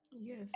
yes